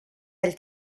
del